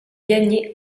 gagné